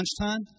lunchtime